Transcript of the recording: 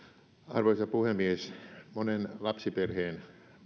arvoisa puhemies monen lapsiperheen